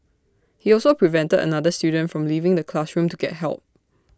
he also prevented another student from leaving the classroom to get help